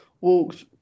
walked